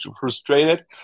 frustrated